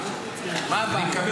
מה הבעיה?